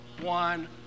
one